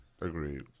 Agreed